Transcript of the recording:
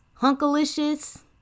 hunkalicious